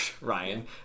Ryan